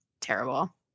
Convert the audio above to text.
terrible